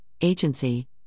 agency